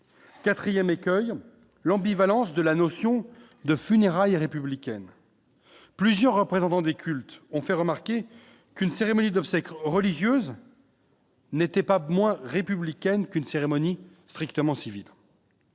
4ème accueille l'ambivalence de la notion de funérailles républicaine plusieurs représentants des cultes, on fait remarquer qu'une cérémonie d'obsèques religieuses. N'était pas moins républicaine qu'une cérémonie strictement civil,